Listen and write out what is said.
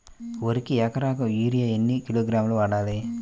వరికి ఎకరాకు యూరియా ఎన్ని కిలోగ్రాములు వాడాలి?